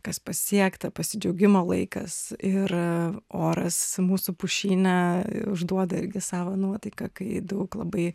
kas pasiekta pasidžiaugimo laikas ir oras mūsų pušyne užduoda irgi savą nuotaiką kai daug labai